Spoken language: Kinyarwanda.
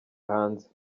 hanze